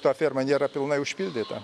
ta ferma nėra pilnai užpildyta